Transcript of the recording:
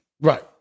Right